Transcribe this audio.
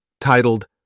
titled